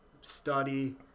study